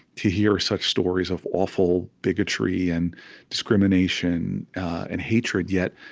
to hear such stories of awful bigotry and discrimination and hatred yet,